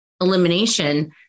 elimination